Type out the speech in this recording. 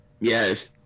yes